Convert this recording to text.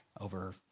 over